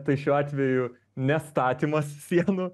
tai šiuo atveju nestatymas sienų